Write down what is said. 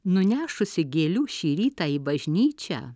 nunešusi gėlių šį rytą į bažnyčią